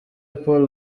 paul